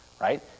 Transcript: Right